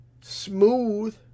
smooth